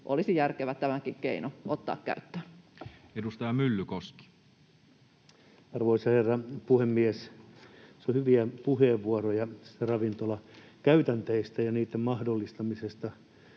olisi järkevää tämäkin keino ottaa käyttöön. Edustaja Myllykoski. Arvoisa herra puhemies! Tässä on hyviä puheenvuoroja ravintolakäytänteistä ja niitten mahdollistamisesta